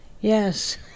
Yes